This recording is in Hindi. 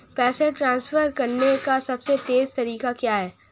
पैसे ट्रांसफर करने का सबसे तेज़ तरीका क्या है?